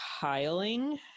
tiling